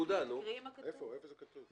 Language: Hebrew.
איפה זה כתוב?